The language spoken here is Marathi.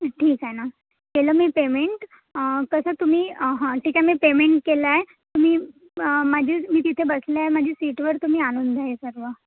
ठीक आहे ना केलं मी पेमेंट कसं तुम्ही हं ठीक आहे मी पेमेंट केलं आहे तुम्ही माझी मी तिथे बसले आहे माझी सीटवर तुम्ही आणून द्या हे सर्व